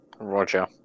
Roger